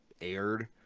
aired